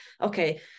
okay